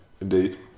Indeed